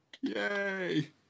Yay